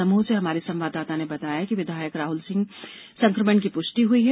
दमोह से हमारे संवाददाता ने बताया है कि विधायक राहुल सिंह में संकमण की पुष्टि हई है